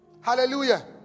Hallelujah